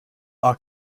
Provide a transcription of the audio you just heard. are